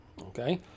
okay